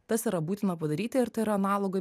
tas yra būtina padaryti ir tai yra analogai